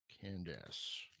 candace